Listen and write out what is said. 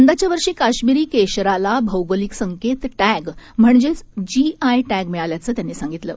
यंदाच्यावर्षीकाश्मिरीकेशरलाभौगोलिकसंकेतटॅगम्हणजेचजीआयटॅगमिळाल्याचंत्यांनीसांगितलं